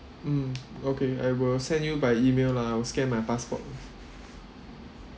mm okay I will send you by email lah I will scan my passport